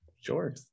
Sure